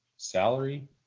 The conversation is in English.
salary